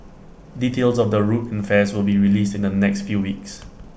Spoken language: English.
details of the route and fares will be released in the next few weeks